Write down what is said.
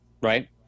right